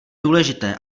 důležité